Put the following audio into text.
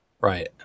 right